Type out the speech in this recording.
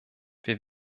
wir